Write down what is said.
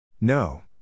No